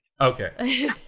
Okay